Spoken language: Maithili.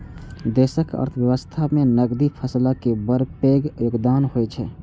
देशक अर्थव्यवस्था मे नकदी फसलक बड़ पैघ योगदान होइ छै